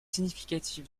significatif